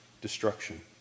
destruction